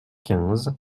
quinze